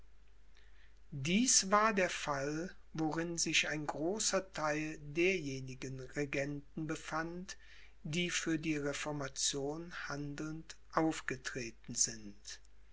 dies war der fall worin sich ein großer theil derjenigen regenten befand die für die reformation handelnd aufgetreten sind